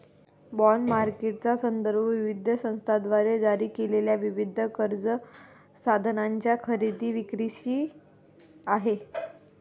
bond मार्केटचा संदर्भ विविध संस्थांद्वारे जारी केलेल्या विविध कर्ज साधनांच्या खरेदी विक्रीशी आहे